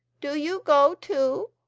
do you go too.